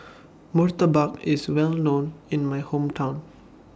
Murtabak IS Well known in My Hometown